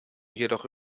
jedoch